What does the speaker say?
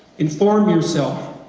inform yourself.